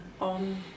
on